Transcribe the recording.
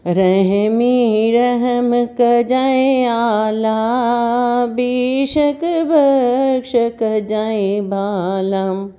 रहमी रहम कजाइं आला बेशक बक्श कजाइं बालम